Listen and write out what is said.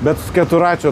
bet keturračių